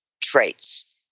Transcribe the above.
Traits